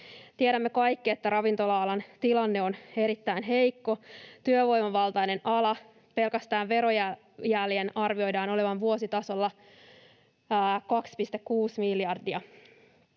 Tiedämme kaikki, että ravintola-alan tilanne on erittäin heikko. Työvoimavaltainen ala: pelkästään verojäljen arvioidaan olevan vuositasolla 2,6 miljardia.